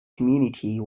community